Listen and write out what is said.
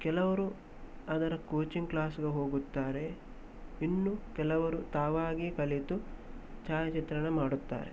ಕೆಲವರು ಅದರ ಕೋಚಿಂಗ್ ಕ್ಲಾಸ್ಗೆ ಹೋಗುತ್ತಾರೆ ಇನ್ನೂ ಕೆಲವರು ತಾವಾಗಿ ಕಲಿತು ಛಾಯಾಚಿತ್ರಣ ಮಾಡುತ್ತಾರೆ